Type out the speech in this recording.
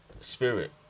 Spirit